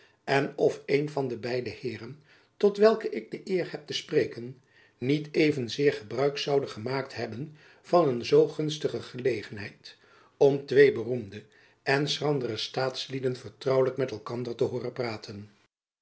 en of een van de beide heeren tot welke ik de eer heb te spreken niet evenzeer gebruik zoude gemaakt hebben van een zoo gunstige gelegenheid om twee beroemde en schrandere staatslieden vertrouwelijk met elkander te hooren praten